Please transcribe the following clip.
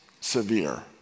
severe